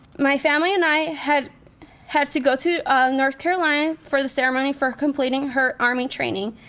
my family and i had had to go to north carolina for the ceremony for her completing her army training.